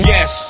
Yes